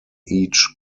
each